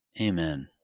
Amen